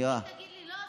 אם תגיד לי שלא עשית,